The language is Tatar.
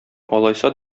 алайса